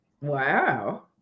Wow